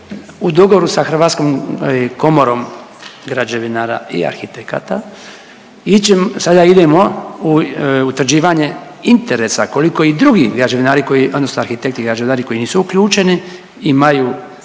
u dogovoru sa hrvatskom i komorom građevinara i arhitekata, ići .../nerazumljivo/... sada idemo u utvrđivanje interesa, koliko i drugi građevinari koji, odnosno arhitekti i građevinari koji nisu uključeni imaju